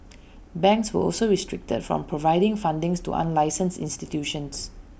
banks were also restricted from providing funding to unlicensed institutions